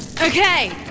Okay